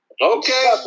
Okay